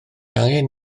angen